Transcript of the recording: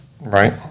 right